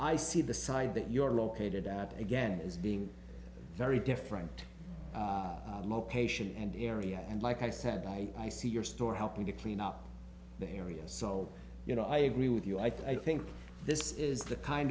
i see the side that you are located again as being very different location and area and like i said i see your store helping to clean up the area so you know i agree with you i think this is the kind